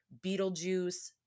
beetlejuice